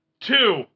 two